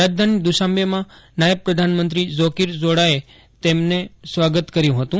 રાજધાની દુશાંબેમાં નાયબ પ્રધાનમંત્રી ઝોકીર ઝોડાએ નેમનું સ્વાગત કર્યું હતું